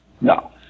No